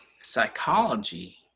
psychology